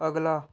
ਅਗਲਾ